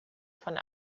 von